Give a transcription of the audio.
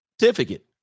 certificate